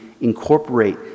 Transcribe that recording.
incorporate